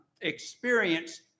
experience